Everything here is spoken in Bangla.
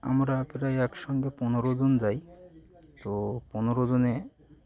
আমরা প্রায় একসঙ্গে পনেরো জন যাই তো পনেরো জনে